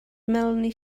melanie